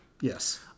Yes